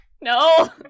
No